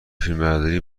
فیلمبرداری